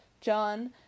John